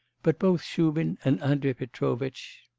but both shubin and andrei petrovitch.